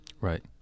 Right